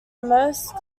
most